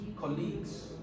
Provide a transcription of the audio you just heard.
colleagues